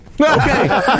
Okay